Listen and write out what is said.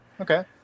Okay